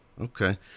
okay